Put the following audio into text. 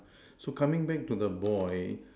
so coming back to the boy